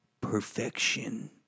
perfection